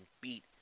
beat